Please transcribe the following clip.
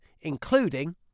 including